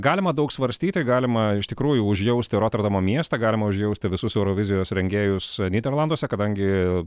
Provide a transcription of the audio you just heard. galima daug svarstyti galima iš tikrųjų užjausti roterdamo miestą galima užjausti visus eurovizijos rengėjus nyderlanduose kadangi